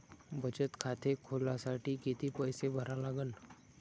बचत खाते खोलासाठी किती पैसे भरा लागन?